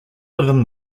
within